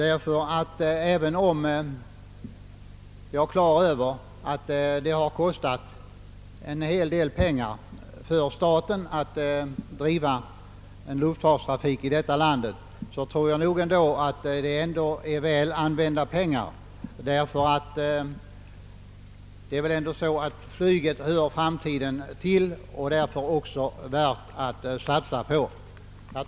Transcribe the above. Även om jag är på det klara med att det har kostat staten en hel del pengar att driva lufttrafik i detta land, tror jag att det ändå är väl använda pengar. Flyget hör nämligen framtiden till, och det är därför också värt att satsa på det.